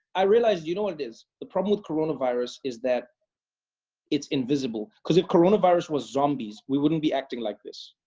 i realized, you know what it is? the problem with coronavirus is that it's invisible, cause if coronavirus was zombies, we wouldn't be acting like this.